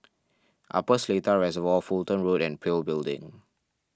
Upper Seletar Reservoir Fulton Road and Pil Building